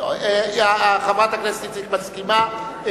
חברת הכנסת איציק מסכימה,